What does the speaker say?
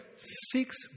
six